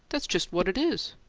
that's just what it is!